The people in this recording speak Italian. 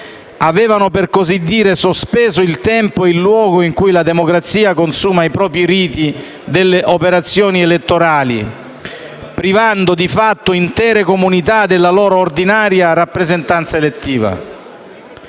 avevano, per così dire, sospeso il tempo e il luogo in cui la democrazia consuma i propri riti delle operazioni elettorali, privando di fatto intere comunità della loro ordinaria rappresentanza elettiva.